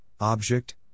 object